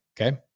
okay